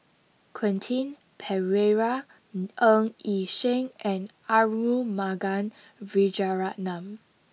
Quentin Pereira Ng Yi Sheng and Arumugam Vijiaratnam